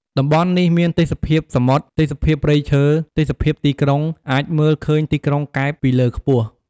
តំបន់នេះមានទេសភាពសមុទ្រ ទេសភាពព្រៃឈើ ទេសភាពទីក្រុង អាចមើលឃើញទីក្រុងកែបពីលើខ្ពស់។